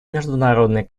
международный